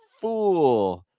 fool